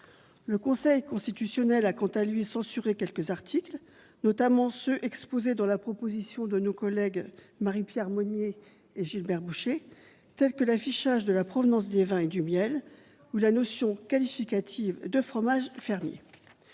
Le Conseil constitutionnel, quant à lui, a censuré quelques articles, notamment ceux qui étaient exposés dans la proposition de loi de nos collègues Marie-Pierre Monier et Gilbert Bouchet telles que l'affichage de la provenance des vins et du miel ou la notion qualificative de fromages fermiers.